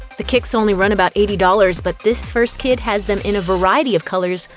the kicks only run about eighty dollars, but this first kid has them in a variety of colors,